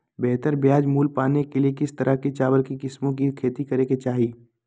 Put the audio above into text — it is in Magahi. बेहतर बाजार मूल्य पाने के लिए किस तरह की चावल की किस्मों की खेती करे के चाहि?